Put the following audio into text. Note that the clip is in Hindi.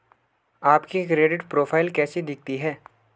आपकी क्रेडिट प्रोफ़ाइल कैसी दिखती है?